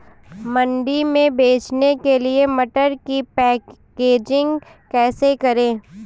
मंडी में बेचने के लिए मटर की पैकेजिंग कैसे करें?